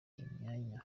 imyanya